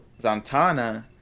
Zantana